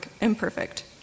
imperfect